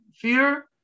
fear